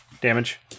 damage